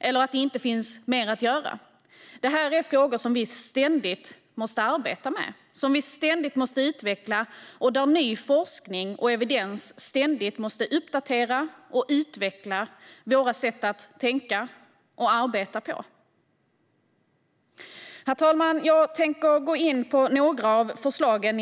eller att det inte finns mer att göra. Det här är frågor som vi ständigt måste arbeta med, som vi ständigt måste utveckla och där ny forskning och evidens ständigt måste uppdatera och utveckla våra sätt att tänka och arbeta på. Herr talman! Jag tänker nu i korthet gå in på några av förslagen.